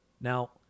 Now